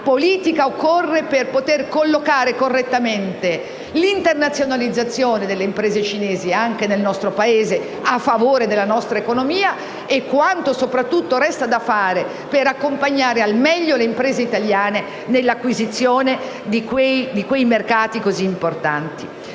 politica occorra per poter collocare correttamente l'internazionalizzazione delle imprese cinesi anche nel nostro Paese, in maniera tale che sia a favore della nostra economia, e quanto soprattutto resti da fare per accompagnare al meglio le imprese italiane nell'acquisizione di quei mercati così importanti.